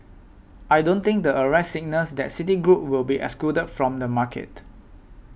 I don't think the arrest signals that Citigroup will be excluded from the market